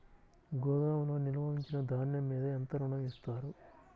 గోదాములో నిల్వ ఉంచిన ధాన్యము మీద ఎంత ఋణం ఇస్తారు?